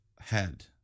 head